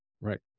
Right